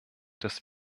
das